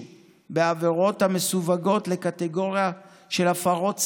בעבירות המסווגות בקטגוריה של הפרות סדר,